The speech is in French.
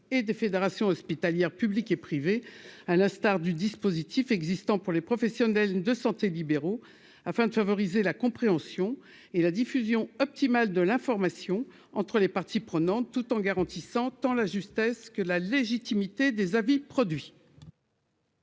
et des fédérations hospitalières publiques et privées, à l'instar du dispositif existant pour les professionnels de santé libéraux afin de favoriser la compréhension et la diffusion optimale de l'information entre les parties prenantes, tout en garantissant tant la justesse que la légitimité des avis produit.